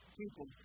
people